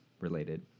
related